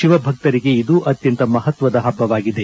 ಶಿವಭಕ್ತರಿಗೆ ಇದು ಅತ್ಯಂತ ಮಹತ್ವದ ಹಬ್ಬವಾಗಿದೆ